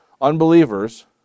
Unbelievers